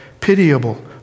pitiable